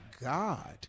God